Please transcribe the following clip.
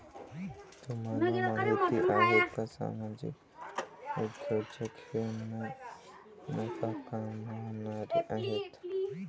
तुम्हाला माहिती आहे का सामाजिक उद्योजक हे ना नफा कमावणारे आहेत